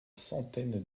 centaine